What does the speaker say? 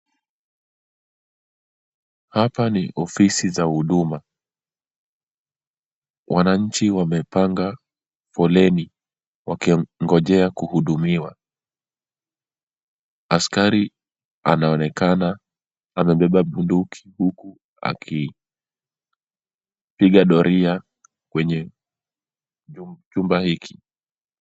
Hapa ni ofisi za huduma. Wananchi wamepanga foleni wakingojea kuhudumiwa. Askari anaonekana amebeba bunduki huku akipiga doria kwenye chumba hiki.